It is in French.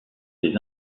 des